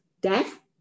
death